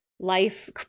life